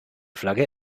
flagge